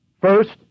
First